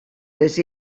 les